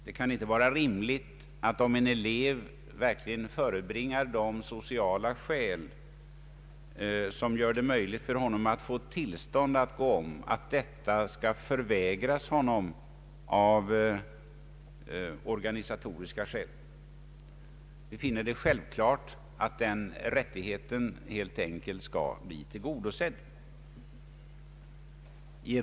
Det kan inte vara rimligt, om en elev verkligen kan förebringa de sociala skäl som gör det möjligt för honom att få tillstånd att gå om, att detta skall förvägras honom av organisatoriska skäl. Vi finner det självklart att den rättigheten skall bli tillgodosedd.